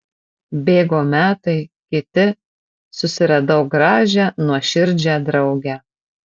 bėgo metai kiti susiradau gražią nuoširdžią draugę